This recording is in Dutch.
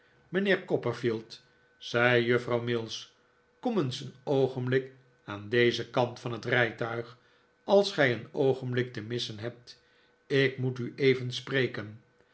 mijnheer copperfield zei juffrouw mills kom eens een oogenblik aan dezen kant van het rijtuig als gij een oogenblik te missen hebt ik moet u even spreken